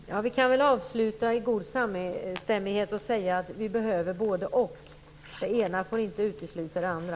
Herr talman! Vi kan väl avsluta i god samstämmighet och säga att vi behöver både-och. Det ena får inte utesluta det andra.